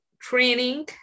training